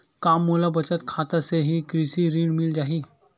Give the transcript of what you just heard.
का मोला बचत खाता से ही कृषि ऋण मिल जाहि?